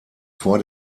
vor